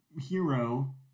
hero